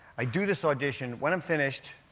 i do this audition. when i'm finished,